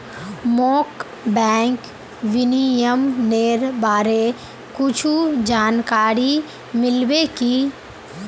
मोक बैंक विनियमनेर बारे कुछु जानकारी मिल्बे की